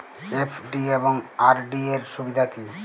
FD এবং RD এর সুবিধা কী?